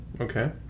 Okay